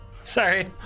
Sorry